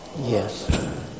Yes